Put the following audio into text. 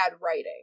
writing